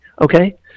Okay